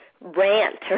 rant